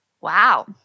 wow